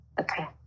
Okay